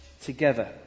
together